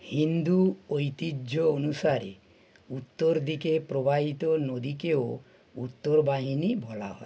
হিন্দু ঐতিহ্য অনুসারে উত্তর দিকে প্রবাহিত নদীকেও উত্তরবাহিনী বলা হয়